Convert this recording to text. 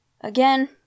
again